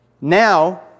now